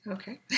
Okay